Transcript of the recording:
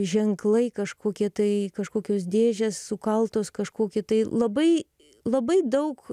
ženklai kažkokie tai kažkokios dėžės sukaltos kažkokį tai labai labai daug